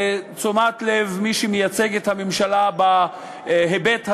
תשומת הלב של מי שמייצג את הממשלה בהיבט הזה,